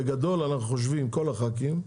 בגדול אנחנו חושבים כל הח"כים,